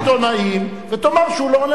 תיזום מסיבת עיתונאים ותאמר שהוא לא עונה